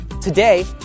Today